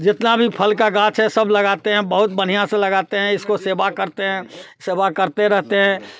जितना भी फल का गाछ है सब लगाते हैं बहुत बढ़िया से लगाते हैं इसको सेवा करते हैं सेवा करते रहते हैं